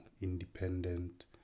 independent